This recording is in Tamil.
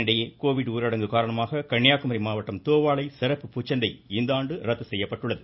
இதனிடையே கோவிட் ஊரடங்கு காரணமாக கன்னியாகுமரி மாவட்டம் தோவாளை சிறப்பு பூச்சந்தை இந்தாண்டு ரத்து செய்யப்பட்டுள்ளது